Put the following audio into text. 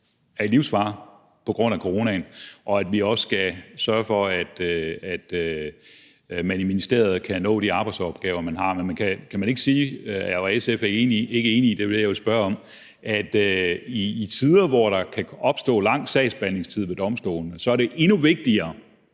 er i livsfare på grund af coronaen, og at vi også skal sørge for, at man i ministeriet kan nå de arbejdsmæssige opgaver, man har. Men kan man ikke sige og er SF ikke enig i – det vil jeg jo spørge om – at i tider, hvor der kan opstå lang sagsbehandlingstid ved domstolene, så er det endnu vigtigere,